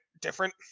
different